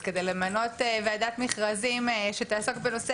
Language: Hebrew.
אז כדי למנות ועדת מכרזים שתעסוק בנושא